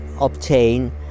obtain